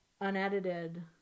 unedited